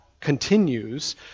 continues